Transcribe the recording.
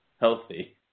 Healthy